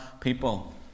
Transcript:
people